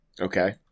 Okay